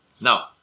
Now